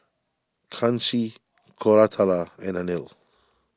Kanshi Koratala and Anil